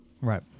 Right